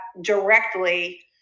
directly